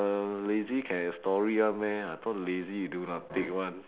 uh lazy can have story [one] meh I thought lazy you do nothing [one]